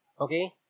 Okay